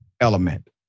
element